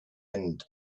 end